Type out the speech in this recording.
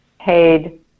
paid